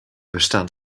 bestaan